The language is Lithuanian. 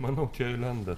manau čia ir lenda